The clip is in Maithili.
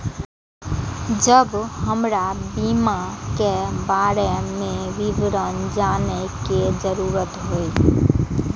जब हमरा बीमा के बारे में विवरण जाने के जरूरत हुए?